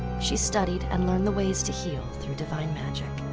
she studied and learned the ways to heal through divine magic.